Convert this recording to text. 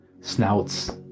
snouts